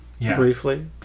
briefly